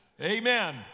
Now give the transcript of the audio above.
amen